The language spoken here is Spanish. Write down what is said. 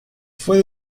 fue